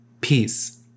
peace